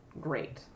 great